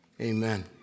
amen